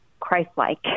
christ-like